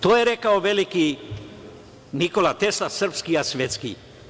To je rekao veliki Nikola Tesla, srpski, a svetski.